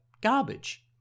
garbage